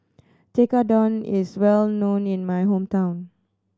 tekkadon is well known in my hometown